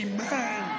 Amen